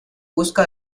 busca